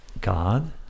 God